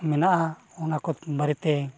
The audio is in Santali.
ᱢᱮᱱᱟᱜᱼᱟ ᱚᱱᱟ ᱠᱚ ᱵᱟᱨᱮᱛᱮ